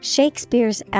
Shakespeare's